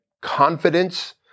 confidence